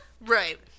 Right